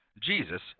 Jesus